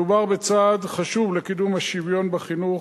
מדובר בצעד חשוב לקידום השוויון בחינוך.